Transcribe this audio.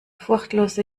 furchtlose